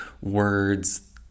words